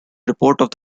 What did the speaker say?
report